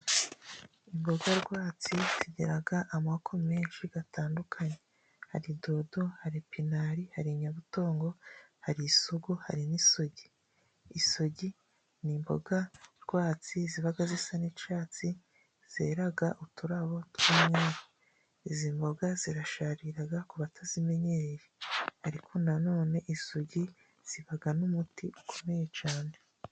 Imboga rwatsi zigira amoko menshi atandukanye. Hari dodo, hari pinari, hari inyabutongo, hari isogo, hari n'isugi. Isogi ni imboga rwatsi ziba zisa n'icyatsi, zera uturabo tw'umweru. Izi mboga zirasharira ku utazimenyereye. Ariko na none isogi zibamo umuti ukomeye cyane.